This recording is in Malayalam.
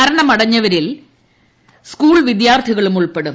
മരണമടഞ്ഞവരിൽ സ്കൂൾ വിദ്യാർത്ഥികളും ഉൾപ്പെടും